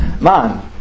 Man